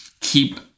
keep